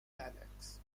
dialects